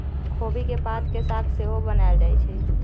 खोबि के पात के साग सेहो बनायल जाइ छइ